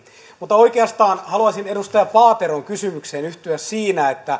mutta oikeastaan haluaisin edustaja paateron kysymykseen yhtyä siinä